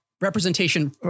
representation